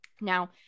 now